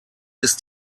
ist